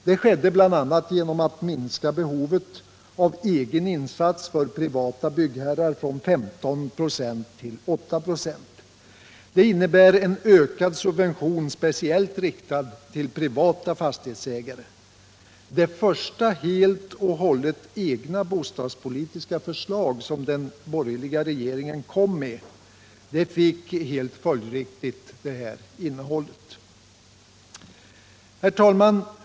Det skedde bl.a. genom att minska behovet av egen insats för privata byggherrar från 15 96 till 8 96. Det innebär en ökad subvention speciellt riktad till privata fastighetsägare. Det första helt och hållet egna bostadspolitiska förslag som den borgerliga regeringen kom med fick helt följdriktigt det innehållet.